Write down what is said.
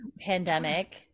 pandemic